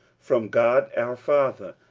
from god our father,